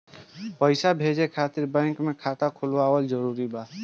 पईसा भेजे खातिर बैंक मे खाता खुलवाअल जरूरी बा?